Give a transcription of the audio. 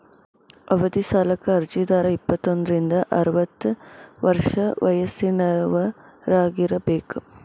ಅವಧಿ ಸಾಲಕ್ಕ ಅರ್ಜಿದಾರ ಇಪ್ಪತ್ತೋಂದ್ರಿಂದ ಅರವತ್ತ ವರ್ಷ ವಯಸ್ಸಿನವರಾಗಿರಬೇಕ